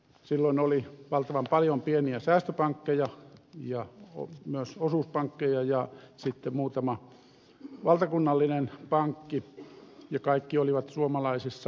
silloin oli valtavan paljon pieniä säästöpankkeja ja myös osuuspankkeja ja sitten muutama valtakunnallinen pankki ja kaikki olivat suomalaisessa omistuksessa